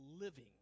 living